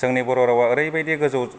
जोंनि बर'रावा एरैबायदि गोजौ